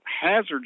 hazards